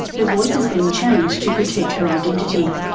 her voice has been changed to protect her identity.